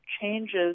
changes